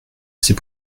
c’est